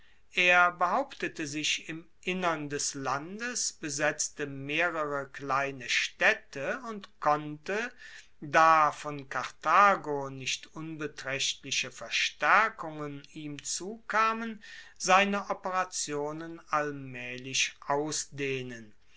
er behauptete sich im innern des landes besetzte mehrere kleine staedte und konnte da von karthago nicht unbetraechtliche verstaerkungen ihm zukamen seine operationen allmaehlich ausdehnen